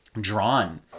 drawn